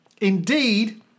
Indeed